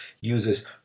uses